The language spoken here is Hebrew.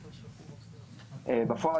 בפועל,